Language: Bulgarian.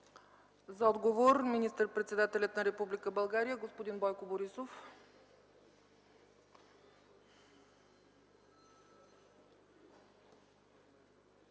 За отговор – министър председателят на Република България господин Бойко Борисов.